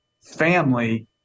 family